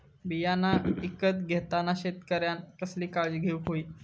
बियाणा ईकत घेताना शेतकऱ्यानं कसली काळजी घेऊक होई?